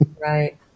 Right